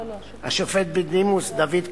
השופט בדימוס דוד קציר,